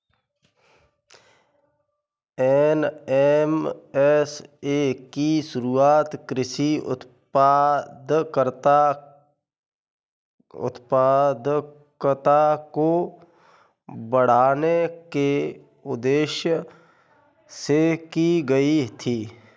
NMSA की शुरुआत कृषि उत्पादकता को बढ़ाने के उदेश्य से की गई थी